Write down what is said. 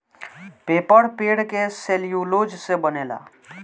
paper पेड़ के cellulose से बनेला